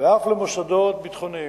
ואף למוסדות ביטחוניים.